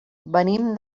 venim